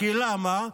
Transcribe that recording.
למה?